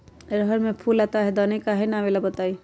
रहर मे फूल आता हैं दने काहे न आबेले बताई?